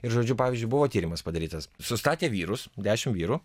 ir žodžiu pavyzdžiui buvo tyrimas padarytas sustatė vyrus dešim vyrų